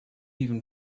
even